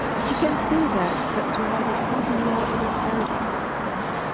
she can say that, but to have a cause in law it is very difficult for her.